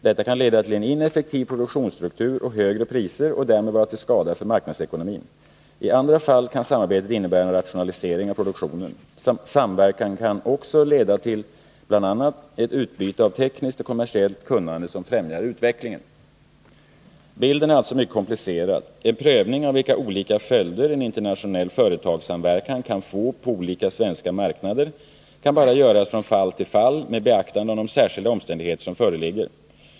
Detta kan leda till en ineffektiv produktionsstruktur och högre priser och därmed vara till skada för marknadsekonomin. I andra fall kan samarbetet innebära en rationalisering av produktionen. Samverkan kan också leda till bl.a. ett utbyte av tekniskt och kommersiellt kunnande som främjar utvecklingen. Bilden är alltså mycket komplicerad. En prövning av vilka olika följder en internationell företagssamverkan kan få på olika svenska marknader kan bara göras från fall till fall med beaktande av de särskilda omständigheter som föreligger.